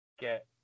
get